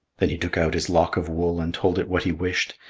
then he took out his lock of wool and told it what he wished,